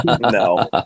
No